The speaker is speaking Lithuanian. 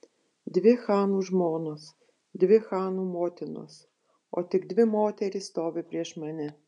dvi chanų žmonos dvi chanų motinos o tik dvi moterys stovi prieš mane